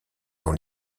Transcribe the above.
dans